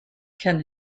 can